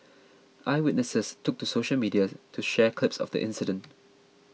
eyewitnesses took to social media to share clips of the incident